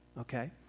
okay